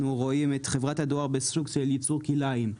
רואים את חברת הדואר כיצור כלאיים.